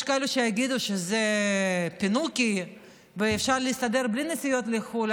יש כאלו שיגידו שזה פינוקי ואפשר להסתדר בלי נסיעות לחו"ל,